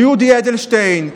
ליולי אדלשטיין,